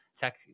tech